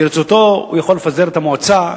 ברצותו הוא יכול לפזר את המועצה,